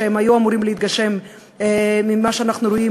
שהיו אמורים להתגשם לפי מה שאנחנו רואים